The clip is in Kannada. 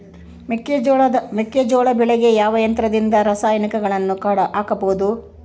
ಮೆಕ್ಕೆಜೋಳ ಬೆಳೆಗೆ ಯಾವ ಯಂತ್ರದಿಂದ ರಾಸಾಯನಿಕಗಳನ್ನು ಹಾಕಬಹುದು?